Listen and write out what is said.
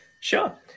Sure